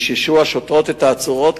מיששו השוטרות את העצורות,